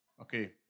Okay